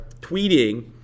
tweeting